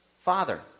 father